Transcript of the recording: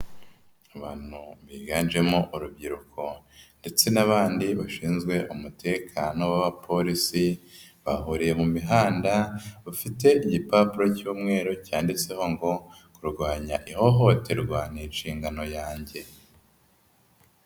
Abantu biganjemo urubyiruko ndetse n'abandi bashinzwe umutekano b'abapolisi, bahuriye mu mihanda bafite igipapuro cy'umweru cyanditseho ngo: "Kurwanya ihohoterwa, ni inshingano yanjye".